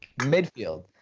Midfield